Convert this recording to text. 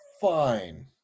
Fine